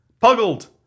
puggled